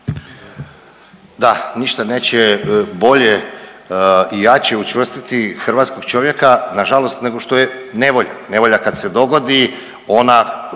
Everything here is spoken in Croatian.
Da, ništa neće bolje i jače učvrstiti hrvatskog čovjeka nažalost nego što je nevolja, nevolja kad se dogodi ona